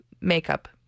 makeup